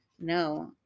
No